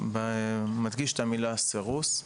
אני מדגיש את המילה "סירוס",